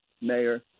Mayor